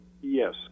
Yes